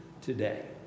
today